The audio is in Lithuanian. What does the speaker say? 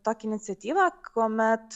tokią iniciatyvą kuomet